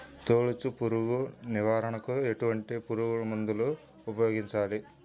తొలుచు పురుగు నివారణకు ఎటువంటి పురుగుమందులు ఉపయోగించాలి?